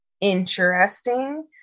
interesting